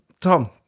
Tom